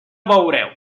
veureu